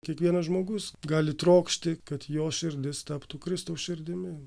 kiekvienas žmogus gali trokšti kad jo širdis taptų kristaus širdimi